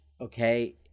Okay